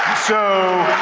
so